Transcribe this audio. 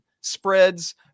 Spreads